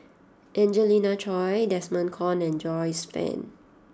Angelina Choy Desmond Kon and Joyce Fan